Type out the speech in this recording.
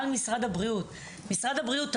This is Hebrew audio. על משרד הבריאות בנושא הזה,